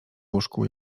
łóżku